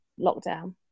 lockdown